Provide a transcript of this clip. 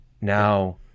now